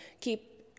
keep